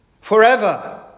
forever